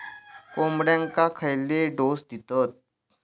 कोंबड्यांक खयले डोस दितत?